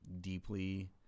deeply